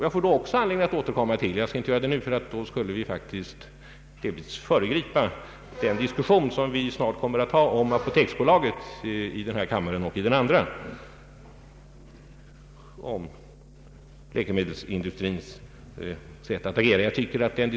Jag får också anledning återkomma till läkemedelsindustrins sätt att agera; jag skall inte göra det nu för att inte föregripa den diskussion som vi snart kommer att ha om Apoteksbolaget i denna kammare och i medkammaren.